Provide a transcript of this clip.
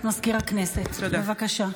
בבקשה.